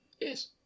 Yes